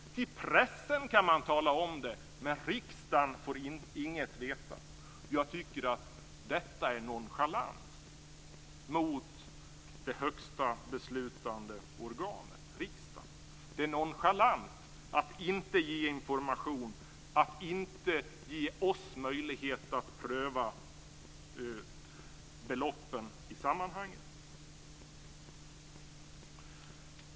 Till pressen kan man tala om det, men riksdagen får inget veta. Jag tycker att detta är nonchalant mot det högsta beslutande organet, riksdagen. Det är nonchalant att inte ge information, att inte ge oss möjlighet att pröva beloppen i sammanhanget.